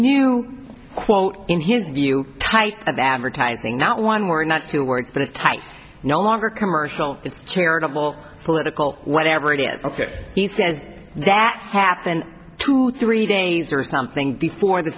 new quote in his view type of advertising not one word not two words but a tight no longer commercial it's charitable political whatever it is ok he says that happened to three days or something before the